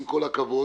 עם כל הכבוד,